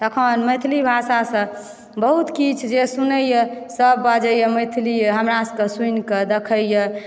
तखन मैथिली भाषासँ बहुत किछु जे सुनइए सभ बाजइए मैथिलिए हमरासभके सुनिकऽ देखयए